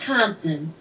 Compton